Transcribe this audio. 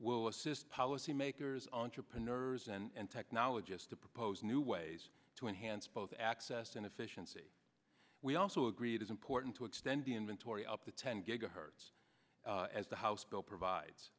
will assist policymakers entrepreneurs and technologists to propose new ways to enhance both access and efficiency we also agree it is important to extend the inventory up to ten gigahertz as the house bill provides